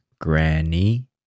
granny